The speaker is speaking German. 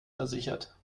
versichert